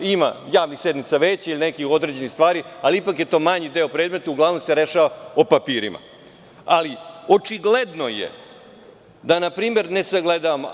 Ima javnih sednica veća, ili nekih određenih stvari, ali ipak je to manji deo predmeta, uglavnom se rešava o papirima, ali, očigledno je da npr. ne sagledavamo.